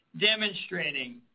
demonstrating